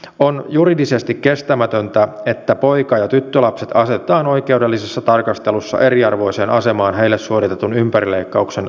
on juridisesti kestämätöntä että poika ja tyttölapset asetetaan oikeudellisessa tarkastelussa eriarvoiseen asemaan heille suoritetun ympärileikkauksen lainmukaisuutta arvioitaessa